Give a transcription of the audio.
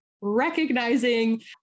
recognizing